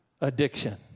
addiction